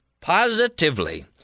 Positively